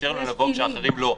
ומאפשר להם לבוא כשאחרים לא.